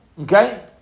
Okay